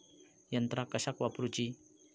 यंत्रा कशाक वापुरूची?